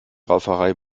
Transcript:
rauferei